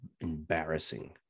embarrassing